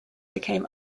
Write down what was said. became